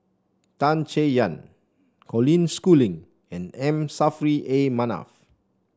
Tan Chay Yan Colin Schooling and M Saffri A Manaf